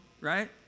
right